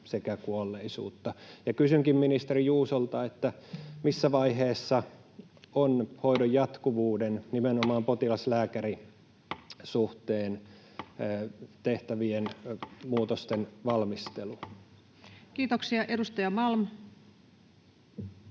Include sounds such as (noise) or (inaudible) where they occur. sekä kuolleisuutta. Kysynkin ministeri Juusolta: missä vaiheessa on hoidon jatkuvuuden (noise) ja nimenomaan potilas—lääkäri-suhteen tehtävien muutosten valmistelu? Kiitoksia. — Edustaja Malm.